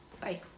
bye